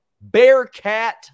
Bearcat